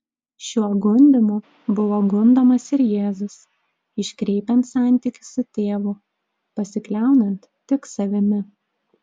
šiuo gundymu buvo gundomas ir jėzus iškreipiant santykį su tėvu pasikliaunant tik savimi